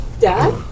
dad